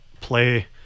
play